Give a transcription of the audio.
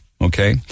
Okay